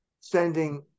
sending